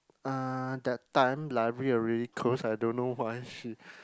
uh that time library already close I don't know why she